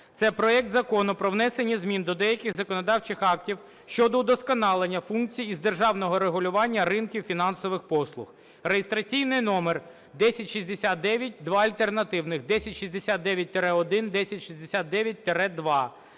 Це проект Закону про внесення змін до деяких законодавчих актів щодо удосконалення функцій із державного регулювання ринків фінансових послуг (реєстраційний номер 1069) (два альтернативних – 1069-1, 1069-2).